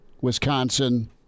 Wisconsin